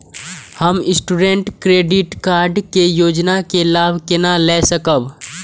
हम student credit card के योजना के लाभ केना लय सकब?